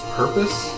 purpose